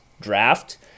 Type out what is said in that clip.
draft